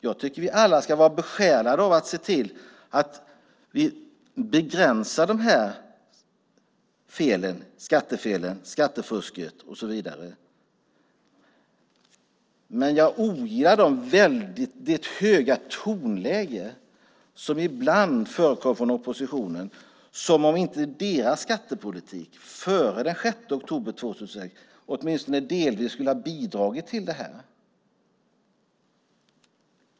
Jag tycker att vi alla ska vara besjälade av att begränsa de här skattefelen och det här skattefusket, men jag ogillar det höga tonläge som ibland förekommer från oppositionen, som om inte deras skattepolitik, före den 6 oktober 2006, åtminstone delvis skulle ha bidragit till det här.